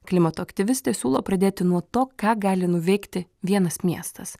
klimato aktyvistė siūlo pradėti nuo to ką gali nuveikti vienas miestas